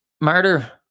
Murder